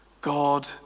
God